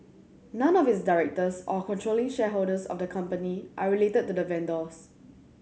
none of its directors or controlling shareholders of the company are related to the vendors